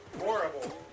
Horrible